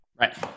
Right